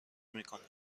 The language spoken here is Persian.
میکنیم